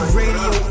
radio